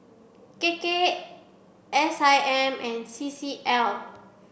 K K S I M and C C L